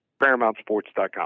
ParamountSports.com